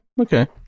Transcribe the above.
okay